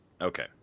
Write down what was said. Okay